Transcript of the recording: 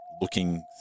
looking